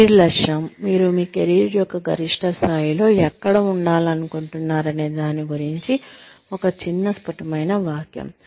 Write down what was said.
career లక్ష్యం మీరు మీ కెరీర్ యొక్క గరిష్టస్థాయిలో ఎక్కడ ఉండాలనుకుంటున్నారనే దాని గురించి ఒక చిన్న స్ఫుటమైన వాక్యం